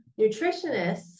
Nutritionists